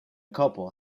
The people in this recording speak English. couple